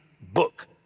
book